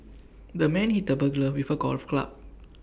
the man hit the burglar with A golf club